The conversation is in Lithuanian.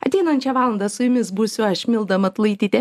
ateinančią valandą su jumis būsiu aš milda matulaitytė